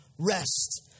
rest